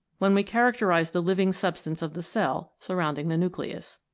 when we characterise the living substance of the cell, surrounding the nucleus.